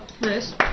Nice